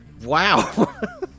wow